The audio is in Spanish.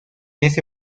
ese